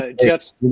Jets